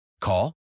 Call